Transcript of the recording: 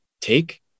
Take